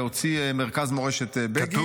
שהוציא מרכז מורשת בגין.